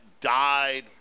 died